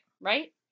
Right